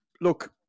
look